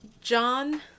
John